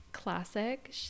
classic